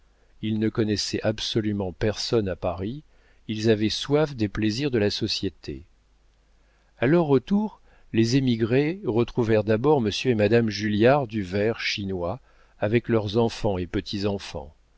ils ne connaissaient absolument personne à paris ils avaient soif des plaisirs de la société a leur retour les émigrés retrouvèrent d'abord monsieur et madame julliard du ver chinois avec leurs enfants et